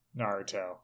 Naruto